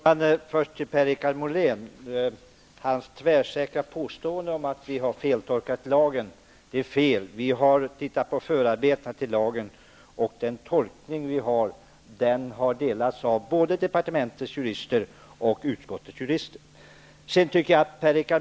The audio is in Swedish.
Herr talman! Först vill jag tillbakavisa Per-Richard Moléns tvärsäkra påstående att vi har feltolkat lagen. Vi har tittat på förarbetena till lagen, och den tolkning vi gör delas av både departementets och utskottets jurister.